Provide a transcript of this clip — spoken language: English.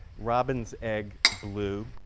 robin's egg blue